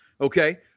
Okay